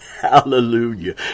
hallelujah